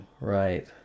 Right